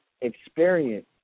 experience